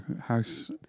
house